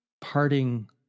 parting